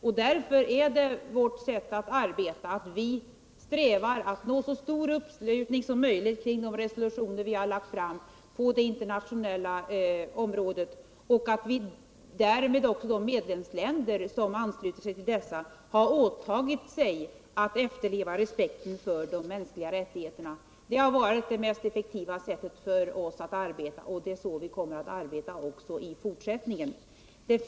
Det är därför vårt arbete inriktas på att nå så stor uppslutning som möjligt kring de resolutioner vi lagt fram på' det internationella området, så att därigenom de medlemsländer som anslutit sig till dessa har åtagit sig att efterleva respekten för de mänskliga rättigheterna. Det har varit det mest effektiva sättet för oss att arbeta, och det är så vi kommer att arbeta också i fortsättningen.